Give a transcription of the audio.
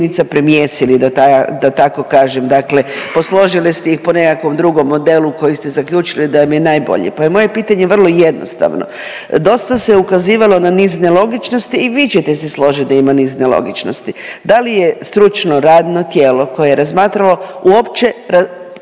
Da li je stručno radno tijelo koje je razmatralo uopće